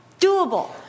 doable